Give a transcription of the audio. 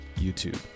YouTube